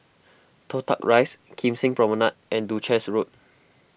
Toh Tuck Rise Kim Seng Promenade and Duchess Road